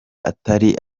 atari